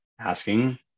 asking